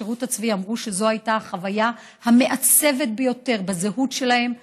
השירות הצבאי אמרו שזו הייתה החוויה המעצבת ביותר בזהות שלהם,